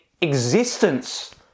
existence